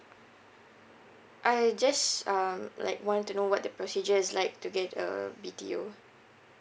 I just um like want to know what the procedure is like to get a B_T_O